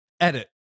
Edit